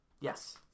Yes